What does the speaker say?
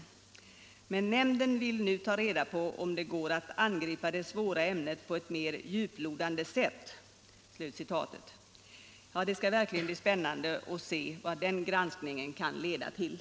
Det heter vidare: ”Men nämnden vill nu ta reda på om det går att angripa det svåra ämnet på ett mer djuplodande sätt.” Det skall verkligen bli spännande att se vad den djuplodningen kan leda till.